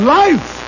life